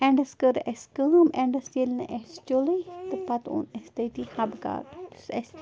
اٮ۪نٛڈَس کٔر اَسہِ کٲم اٮ۪نٛڈَس ییٚلہِ نہٕ اَسہِ چوٚلٕے تہٕ پَتہٕ اوٚن اَسہِ تٔتی حَبہٕ کاک یُس اَسہِ